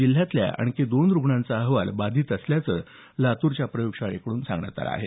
जिल्ह्यातल्या आणखी दोन रुग्णाचा अहवाल बाधित असल्याचं लातूरच्या प्रयोगशाळेकडून काल सांगण्यात आलं आहे